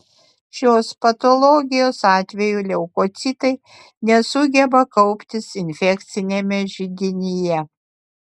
šios patologijos atveju leukocitai nesugeba kauptis infekciniame židinyje